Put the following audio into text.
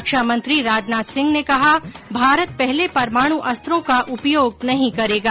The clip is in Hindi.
रक्षा मंत्री राजनाथ सिंह ने कहा भारत पहले परमाणु अस्त्रो का उपयोग नहीं करेगा